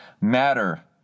matter